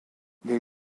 les